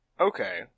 Okay